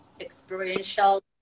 experiential